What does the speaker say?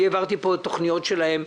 אני העברתי פה תוכניות שלהם,